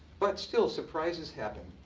but still, surprises happen.